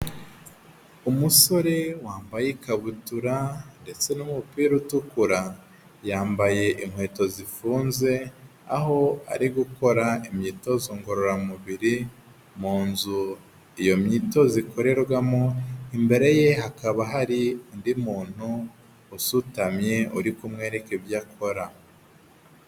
Umusore wambaye ikabutura ndetse n'umupira utukura, yambaye inkweto zifunze aho ari gukora imyitozo ngororamubiri mu nzu, iyo myitozo ikorerwamo imbere ye hakaba hari undi muntu usutamye uri kumwereka ibyo akora.